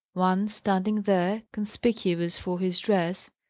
one, standing there, conspicuous for his dress,